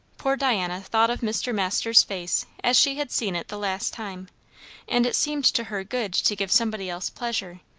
poor diana thought of mr. masters' face as she had seen it the last time and it seemed to her good to give somebody else pleasure,